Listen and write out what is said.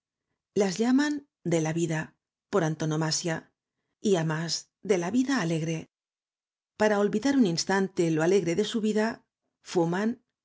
las llaman de la vida por antonomasia y á más de la vida alegre para olvidar un instante lo alegre de su vida fuman